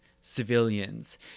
civilians